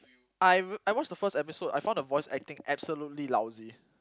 I I watched the first episode I find the voice acting absolutely lousy